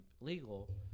legal